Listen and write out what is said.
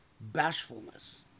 Bashfulness